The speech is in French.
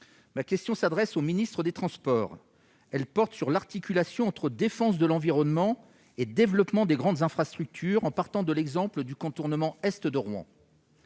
Ma question s'adresse à M. le ministre délégué chargé des transports. Elle porte sur l'articulation entre défense de l'environnement et développement des grandes infrastructures, en partant de l'exemple du contournement est de Rouen.